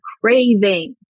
craving